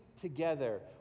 together